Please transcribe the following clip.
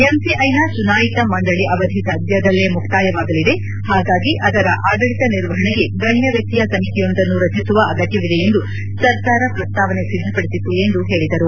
ಎಂಸಿಐನ ಚುನಾಯಿತ ಮಂದಳಿ ಅವಧಿ ಸದ್ಯದಲ್ಲೇ ಮುಕ್ತಾಯವಾಗಲಿದೆ ಹಾಗಾಗಿ ಅದರ ಆಡಳಿತ ನಿರ್ವಹಣೆಗೆ ಗಣ್ಯ ವ್ಯಕ್ತಿಯ ಸಮಿತಿಯೊಂದನ್ನು ರಚಿಸುವ ಅಗತ್ಯವಿದೆ ಎಂದು ಸರ್ಕಾರ ಪ್ರಸ್ತಾವನೆ ಸಿದ್ದಪಡಿಸಿತ್ತು ಎಂದು ಹೇಳಿದರು